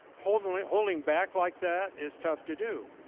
holding like holding back like that is tough to do.